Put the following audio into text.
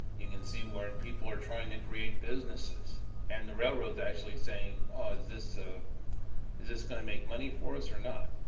you can see when people are trying to create businesses and the railroads actually saying is this ah is this gonna make money for us or not?